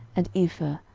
and epher,